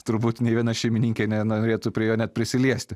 turbūt nė viena šeimininkė nenorėtų prie jo net prisiliesti